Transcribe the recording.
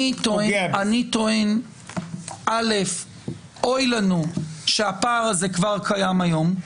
אני טוען שאוי לנו שהפער הזה כבר קיים היום,